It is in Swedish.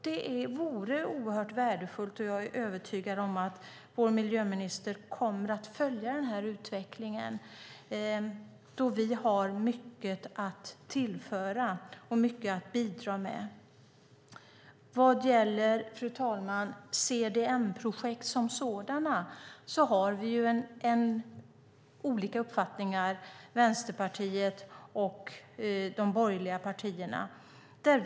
Det vore värdefullt, och jag är övertygad om att vår miljöminister kommer att följa denna utveckling då vi har mycket att tillföra och bidra med. Fru talman! Vad gäller CDM-projekt som sådana har vi Vänsterpartiet och de borgerliga partierna olika uppfattning.